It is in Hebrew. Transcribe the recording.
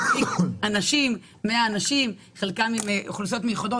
חלקם עם אוכלוסיות מיוחדות,